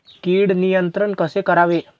कीड नियंत्रण कसे करावे?